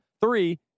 Three